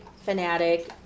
fanatic